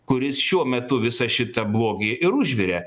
kuris šiuo metu visą šitą blogį ir užvirė